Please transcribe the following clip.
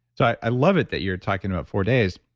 so i love it that you're talking about four days.